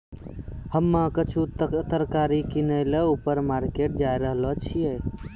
हम्मे कुछु तरकारी किनै ल ऊपर मार्केट जाय रहलो छियै